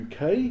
UK